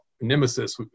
Nemesis